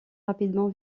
rapidement